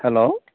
hello